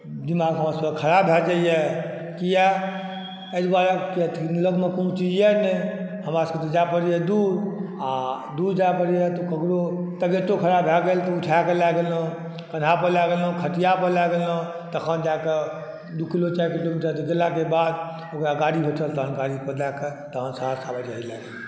दिमाग हमरा सब के ख़राब भए जाइया किया एहि दुआरे किए तऽ लगमे कोनो चीज अछि नहि हमरा सब के तऽ जाय पड़ैया दूर आ दूर जाय पड़ैया तऽ ककरो तबियतो ख़राब भए गेल तऽ लए गेलहुॅं कन्हा पर लए गेलहुॅं खटिया पर लए गेलहुॅं तखन जाय कऽ दू किलो चारि किलोमीटर गेलाके बाद ओकरा गाड़ी भेटल तहन गाड़ी पऽ दए कऽ तहन सहरसा लए गेलौं